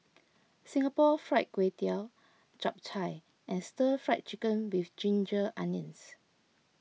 Singapore Fried Kway Tiao Chap Chai and Stir Fried Chicken with Ginger Onions